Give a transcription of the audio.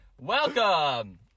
Welcome